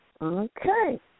Okay